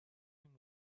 him